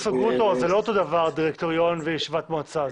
זה לא אותו דבר, דירקטוריון וישיבת מועצה.